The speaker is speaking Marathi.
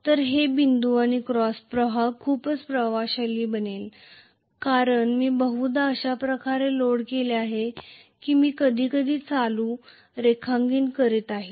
जर हे बिंदू आणि क्रॉस प्रवाह खूपच प्रभावशाली बनले कारण मी बहुदा अशा प्रकारे लोड केले आहे की मी अधिकाधिक करंट रेखांकन करीत आहे